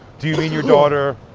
do you mean your daughter.